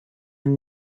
yng